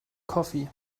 coffee